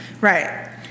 Right